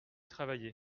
travailler